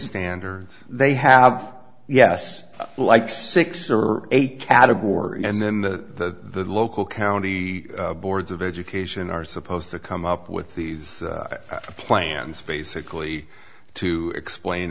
standards they have yes like six or eight category and then the local county boards of education are supposed to come up with these plans basically to explain